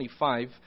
25